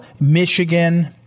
Michigan